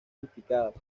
implicadas